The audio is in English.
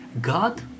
God